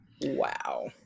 Wow